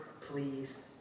please